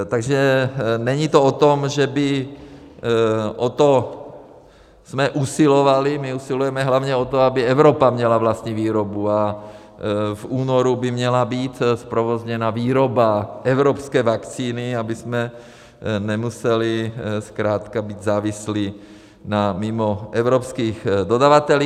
Takže není to o tom, že bychom o to usilovali, my usilujeme hlavně o to, aby Evropa měla vlastní výrobu, a v únoru by měla být zprovozněna výroba evropské vakcíny, abychom nemuseli zkrátka být závislí na mimoevropských dodavatelích.